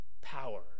power